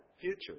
future